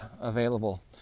available